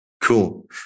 Cool